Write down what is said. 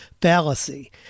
fallacy